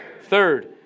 Third